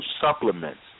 supplements